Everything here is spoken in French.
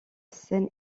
seine